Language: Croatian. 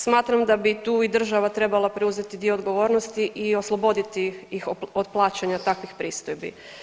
Smatram da bi tu i država trebala preuzeti dio odgovornosti i osloboditi ih od plaćanja takvih pristojbi.